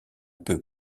peu